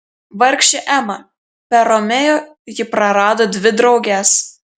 vargšė ema per romeo ji prarado dvi drauges